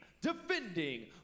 defending